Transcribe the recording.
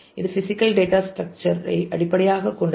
இது physical data structure ஐ அடிப்படையாக கொண்டது